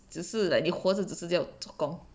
只是 like 你活着只是要做工